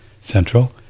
Central